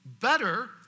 Better